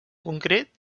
concret